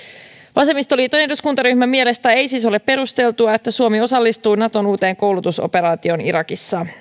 vasemmistoliiton eduskuntaryhmän mielestä ei siis ole perusteltua että suomi osallistuu naton uuteen koulutusoperaatioon irakissa